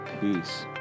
peace